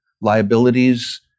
liabilities